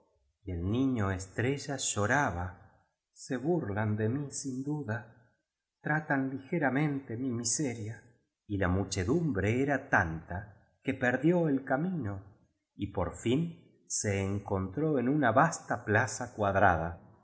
el niño estrella lloraba se burlan de mí sin duda tratan ligeramente mi miseria y la muchedumbre era tánia que perdió el camino y por fin se encontró en una vasta plaza cuadrada